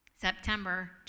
September